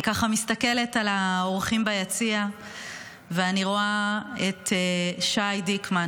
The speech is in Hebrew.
אני מסתכלת על האורחים ביציע ואני רואה את שי דיקמן,